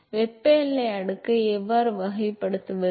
எனவே வெப்ப எல்லை அடுக்கை எவ்வாறு வகைப்படுத்துவது